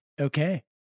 okay